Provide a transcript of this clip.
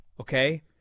okay